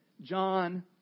John